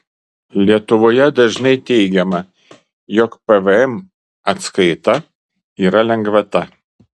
lietuvoje dažnai teigiama jog pvm atskaita yra lengvata